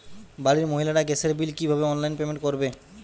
বাড়ির মহিলারা গ্যাসের বিল কি ভাবে অনলাইন পেমেন্ট করবে?